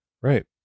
right